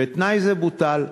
ותנאי זה בוטל.